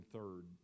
third